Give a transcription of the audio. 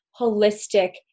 holistic